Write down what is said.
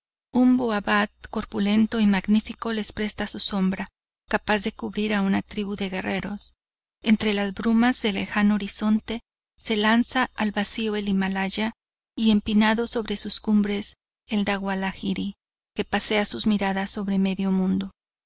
un boabad corpulento y magnifico les presta su sombra capaz de cubrir a una tribu de guerreros entre las brumas del lejano horizonte se lanza al vacío el himalaya y empinado sobre sus cumbres el dawalagiri que pasea sus miradas sobre medio mundo